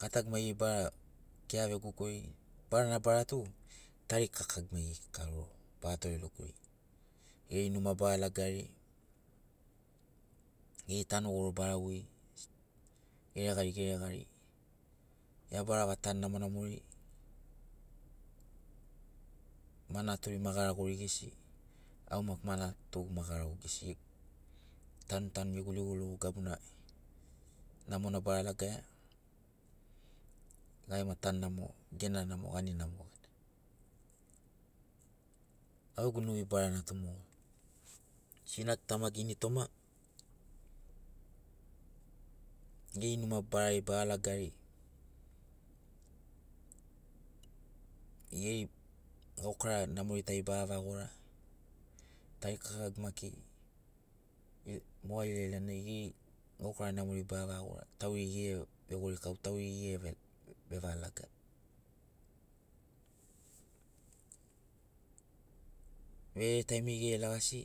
Gatagu maigeri ba kea vegogori barana bara tu tarikakagu maigeri kika logo bara torelogori geri numa ba lagari geri tano goro bara voi geregari geregari ia bara vaga tanu namo namori ma naturi ma garagori gesi au maki ma natugu ma garagogu gesi gegu tantanu gegu ligoligo gabuna namona bara lagaia gai gema tanu namo gena namo gani namo au gegu nuvi barana tu moga sinagu tamagu ini toma geri numa barari bara lagari geri gaukara namori tari ba va gora tarikakagu maki moga ilailanai geri gaukara namori bava gora tau geri ge vegorikau tau geri ge vevalaga verere taimiri gere lagasi